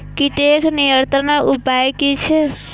कीटके नियंत्रण उपाय कि छै?